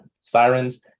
sirens